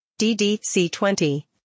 DDC20